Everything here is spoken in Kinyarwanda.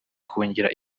kungira